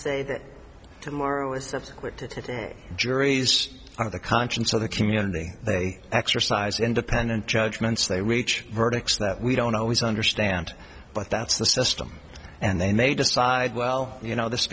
say that tomorrow and subsequent to today juries are the conscience of the community they exercise independent judgments they reach verdicts that we don't always understand but that's the system and then they decide well you know this